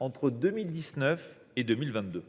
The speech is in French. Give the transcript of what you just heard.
entre 2019 et 2022.